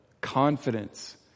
confidence